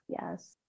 Yes